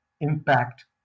impact